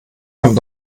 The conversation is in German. kommt